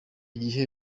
gihe